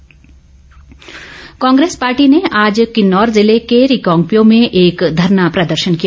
Congress Congress party ने आज किन्नौर जिले के रिकांगपिओ में एक धरना प्रदर्शन किया